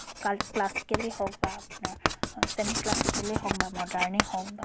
কাল ক্লাছিকেলি হওক বা আপোনাৰ ছেমি ক্লাছিকেলেই হওক বা মৰ্ডাণেই হওক বা